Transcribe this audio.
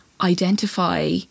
identify